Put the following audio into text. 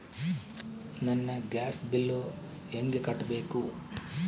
ನನ್ನ gas bill ಹೆಂಗ ಕಟ್ಟಬೇಕು?